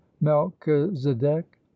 melchizedek